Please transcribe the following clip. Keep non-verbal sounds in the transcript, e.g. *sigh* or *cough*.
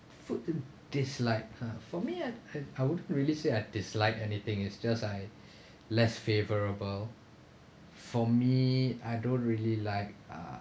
food dislike ha for me and I wouldn't really say I dislike anything it's just like *breath* less favorable for me I don't really like uh